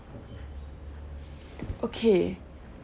okay